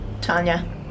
Tanya